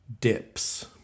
dips